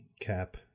cap